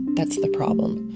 that's the problem.